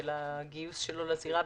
ולגיוס שלו לזירה.